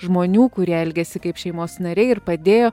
žmonių kurie elgėsi kaip šeimos nariai ir padėjo